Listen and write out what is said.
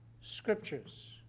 scriptures